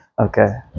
Okay